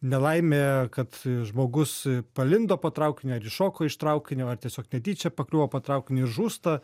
nelaimė kad žmogus palindo po traukiniu ir iššoko iš traukinio ar tiesiog netyčia pakliuvo po traukiniu ir žūsta